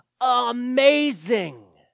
Amazing